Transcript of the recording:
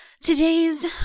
Today's